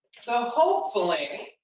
so hopefully,